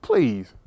Please